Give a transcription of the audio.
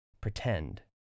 pretend